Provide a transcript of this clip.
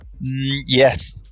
yes